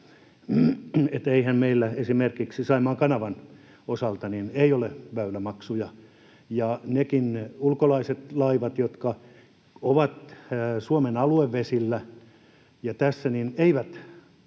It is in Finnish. Eihän meillä esimerkiksi Saimaan kanavan osalta ole väylämaksuja, ja ne ulkolaiset laivat, jotka ovat Suomen aluevesillä, eivät maksa